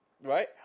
Right